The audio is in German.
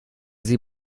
sie